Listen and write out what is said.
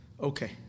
okay